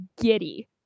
giddy